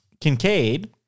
Kincaid